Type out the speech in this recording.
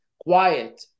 quiet